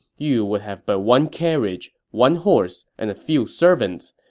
you would have but one carriage, one horse, and a few servants.